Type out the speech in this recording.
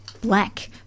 black